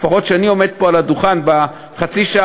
לפחות כשאני עומד פה על הדוכן בחצי השעה